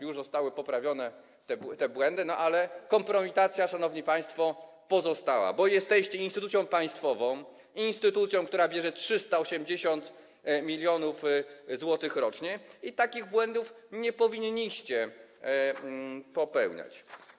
Już zostały poprawione te błędy, ale kompromitacja, szanowni państwo, pozostała, bo jesteście instytucją państwową, instytucją, która bierze 380 mln zł rocznie, i takich błędów nie powinniście popełniać.